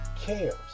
cares